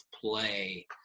play